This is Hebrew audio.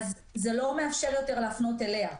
זה לא מאפשר יותר להפנות אליה.